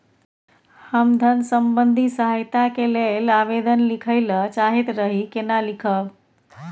हम धन संबंधी सहायता के लैल आवेदन लिखय ल चाहैत रही केना लिखब?